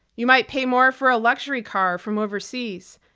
you might pay more for a luxury car from overseas.